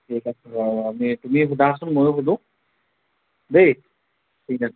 ঠিক আছে তুমি সোধাচোন ময়ো সোধোঁ দেই ঠিক আছে